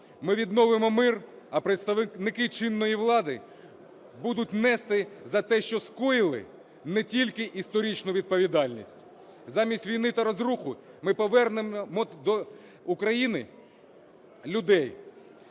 Ми відновимо мир, а представники чинної влади будуть нести за те, що скоїли, не тільки історичну відповідальність. Замість війни та розрухи ми повернемо до України людей